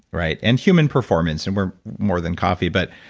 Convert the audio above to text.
right? and human performance and we're more than coffee but,